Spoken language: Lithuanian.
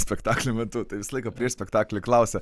spektaklio metu tai visą laiką prieš spektaklį klausia